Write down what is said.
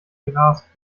gerast